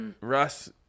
Russ